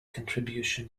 contribution